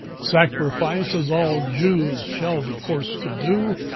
sacrifice, as all jews shall be forced to do,